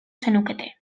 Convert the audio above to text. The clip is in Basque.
zenukete